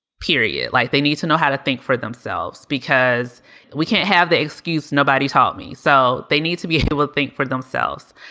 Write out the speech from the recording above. period. like they need to know how to think for themselves because we can't have the excuse nobody taught me. so they need to be able to think for themselves.